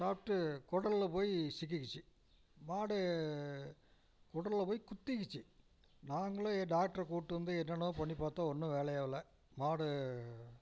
சாப்பிட்டு கொடலில் போய் சிக்கிக்கிச்சு மாடு கொடலில் போய் குத்திக்கிச்சு நாங்களும் டாக்டரை கூட்டு வந்து என்னன்னவோ பண்ணி பார்த்தோம் ஒன்றும் வேலையாவல மாடு